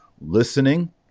listening